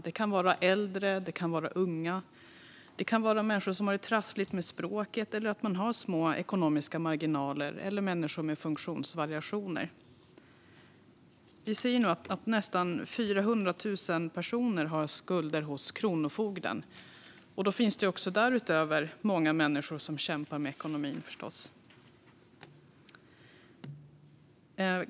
Det kan vara äldre, unga, människor som har det trassligt med språket eller små ekonomiska marginaler eller människor med funktionsvariationer. Vi ser att nästan 400 000 personer har skulder hos Kronofogden. Därutöver finns förstås många människor som kämpar med ekonomin.